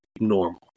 normal